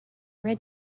red